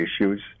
issues